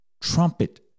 trumpet